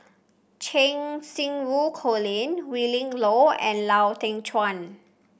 Cheng Xinru Colin Willin Low and Lau Teng Chuan